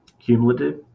cumulative